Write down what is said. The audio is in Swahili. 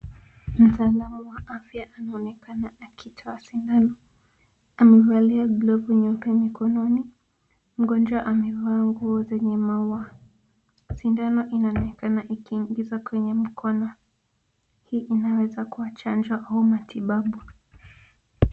Mtaalamu wa afya anaonekana akitoa sindano. Amevalia glovu nyeupe mkononi, mgonjwa amevaa nguo zenye maua. Sindano inaonekana ikiingizwa kwenye mkono. Hii inaweza kuwa chanjo ama matibabu.